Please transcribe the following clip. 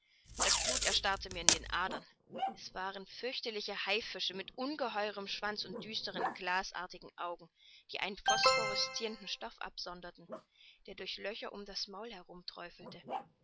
das blut erstarrte mir in den adern es waren fürchterliche haifische mit ungeheuerm schwanz und düsteren glasartigen augen die einen phosphorescirenden stoff absondern der durch löcher um das maul